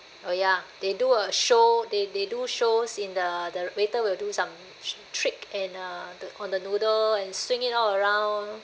oh ya they do a show they they do shows in the the waiter will do some trick and uh the on the noodle and swing it all around